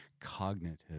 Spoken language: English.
cognitive